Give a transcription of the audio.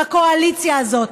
בקואליציה הזאת,